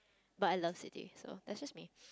but I love city so that's just me